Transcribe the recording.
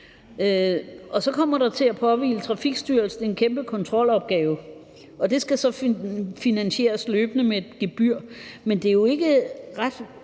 Så kommer der til at påhvile Trafikstyrelsen en kæmpe kontrolopgave, og den skal så finansieres løbende med et gebyr, men det er jo ikke ret